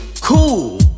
cool